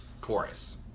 chorus